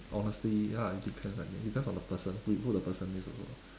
honestly ya it depends like maybe depends on the person who who the person is also lah